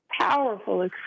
powerful